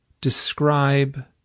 describe